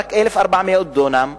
רק 1,400 דונם,